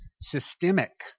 systemic